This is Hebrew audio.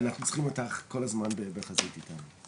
אנחנו צריכים אותך כל הזמן בחזית איתנו.